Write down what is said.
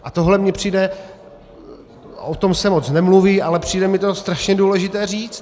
A tohle mně přijde o tom se moc nemluví, ale přijde mi to strašně důležité říct.